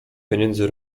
pieniędzy